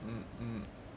mm mm